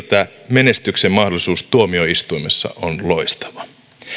menestyksen mahdollisuus tuomioistuimessa on loistava